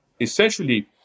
Essentially